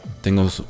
tengo